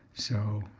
so,